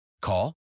Call